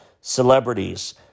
celebrities